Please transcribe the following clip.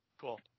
Cool